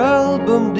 album